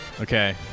Okay